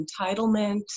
entitlement